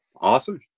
awesome